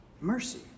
mercy